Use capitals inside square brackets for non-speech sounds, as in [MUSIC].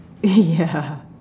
[LAUGHS] ya